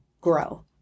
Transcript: grow